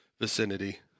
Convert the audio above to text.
vicinity